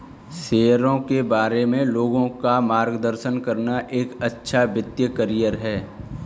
शेयरों के बारे में लोगों का मार्गदर्शन करना एक अच्छा वित्तीय करियर है